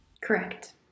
Correct